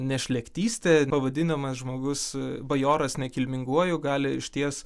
nešlėktystė pavadinamas žmogus bajoras nekilminguoju gali išties